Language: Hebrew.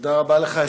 תודה רבה לך.